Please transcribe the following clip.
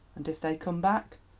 and if they come back?